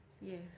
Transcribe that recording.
Yes